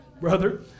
brother